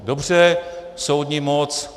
Dobře, soudní moc.